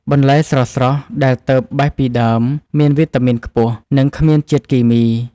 បន្លែស្រស់ៗដែលទើបបេះពីដើម មានវីតាមីនខ្ពស់ និងគ្មានជាតិគីមី។